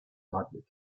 radweg